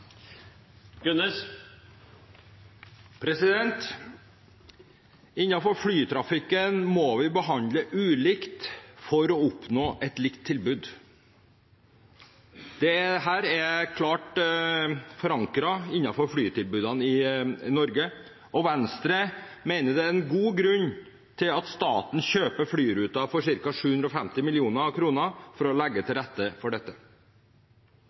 til. Innenfor flytrafikken må vi behandle saker ulikt for å oppnå et likt tilbud. Det er klart forankret innenfor flytrafikken i Norge, og Venstre mener det er en god grunn til at staten kjøper flyruter for ca. 750 mill. kr for å legge til rette for dette.